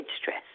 stress